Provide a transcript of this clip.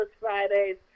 Fridays